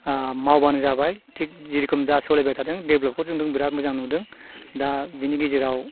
मावबानो जाबाय थिक जिरोखोम दा सोलिबाय थादों देभलपखौ जों बिराद मोजां नुदों दा बेनि गेजेराव